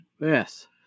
Yes